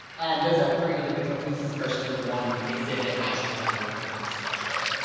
and those are three individual pieces versus the one exhibit has just kind of one glass structure.